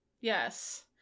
Yes